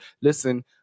listen